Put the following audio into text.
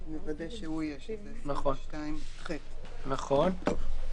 נוודא שהוא יהיה שם, סעיף 22ח. נכון.